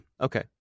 Okay